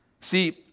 See